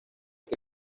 que